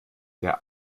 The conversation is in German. der